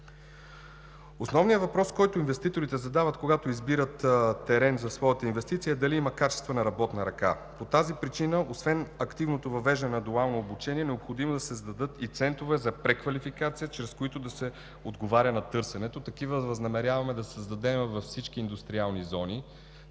Основният въпрос, който задават инвеститорите, когато избират терен за своята инвестиция, е дали има качествена работна ръка? По тази причина освен активното въвеждане на дуално обучение е необходимо да се създадат и центрове за преквалификация, чрез които да се отговаря на търсенето. Такива възнамеряваме да създадем във всички държавни индустриални зони